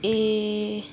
ए